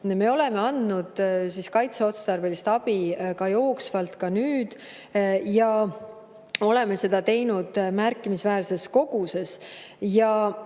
Me oleme andnud kaitseotstarbelist abi ka jooksvalt, ka nüüd, ja oleme seda teinud märkimisväärses koguses.